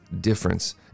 difference